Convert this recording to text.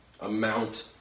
amount